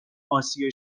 اسیا